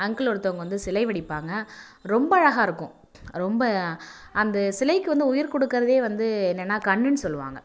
uncle ஒருத்தவங்க வந்து சிலை வடிப்பாங்க ரொம்ப அழகா இருக்கும் ரொம்ப அந்த சிலைக்கு வந்து உயிர் கொடுக்கறதே வந்து என்னென்னா கண்ணுன்னு சொல்லுவாங்க